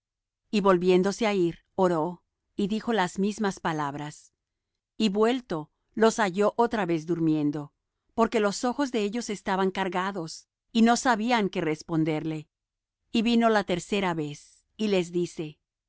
y volviéndose á ir oró y dijo las mismas palabras y vuelto los halló otra vez durmiendo porque los ojos de ellos estaban cargados y no sabían qué responderle y vino la tercera vez y les dice